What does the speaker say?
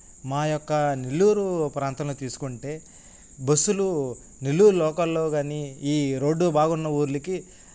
మా యొక్క నెల్లూరు ప్రాంతంలో తీసుకుంటే బస్సులు నెల్లూరు లోకల్లో కానీ ఈ రోడ్డు బాగున్న ఊళ్ళకి